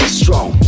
strong